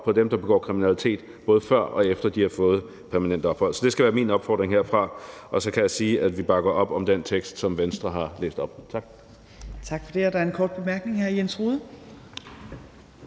til dem, der begår kriminalitet, både før og efter de har fået permanent ophold? Så det skal være min opfordring herfra. Og så kan jeg sige, at vi bakker op om den vedtagelsestekst, som Venstre har læst op. Tak. Kl. 13:08 Tredje næstformand (Trine